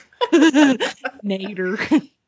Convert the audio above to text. nader